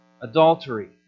adultery